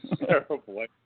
terrible